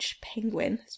Penguin